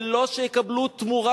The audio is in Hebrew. ולא שיקבלו תרומה,